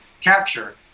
capture